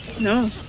No